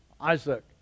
Isaac